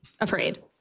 afraid